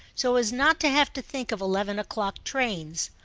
so as not to have to think of eleven o'clock trains.